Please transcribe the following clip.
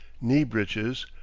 knee-breeches,